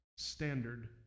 standard